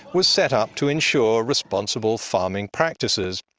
was set up to ensure responsible farming practices,